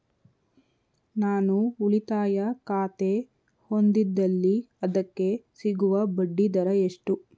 ನಾನು ಉಳಿತಾಯ ಖಾತೆ ಹೊಂದಿದ್ದಲ್ಲಿ ಅದಕ್ಕೆ ಸಿಗುವ ಬಡ್ಡಿ ದರ ಎಷ್ಟು?